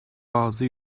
bazı